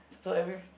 so every